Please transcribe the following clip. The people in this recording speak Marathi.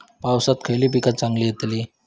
पावसात खयली पीका चांगली येतली?